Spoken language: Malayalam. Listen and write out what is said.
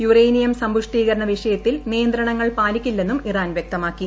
യുറേനിയം സമ്പുഷ്ടീകരണ വിഷയത്തിൽ നിയന്ത്രണങ്ങൾ പാലിക്കില്ലെന്നും ഇറാൻ വൃക്തമാക്കി